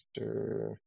Mr